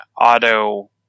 auto